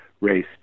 race